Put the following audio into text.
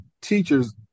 teachers